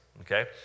okay